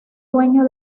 dueño